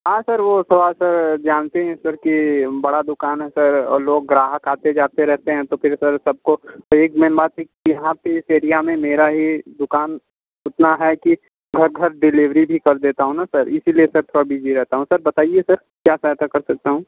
हाँ सर वो थोड़ा सा जानते ही हैं सर की बड़ा दुकान है सर और लोग ग्राहक आते जाते रहते हैं तो फिर सर सबको तो एक मेन बात है कि यहाँ पर इस एरिया में मेरा ही दुकान उतना है कि घर घर डिलीवरी भी कर देता हूँ न सर इसीलिए सर थोड़ा बिज़ी रहता हूँ सर बताइए सर क्या सहायता कर सकता हूँ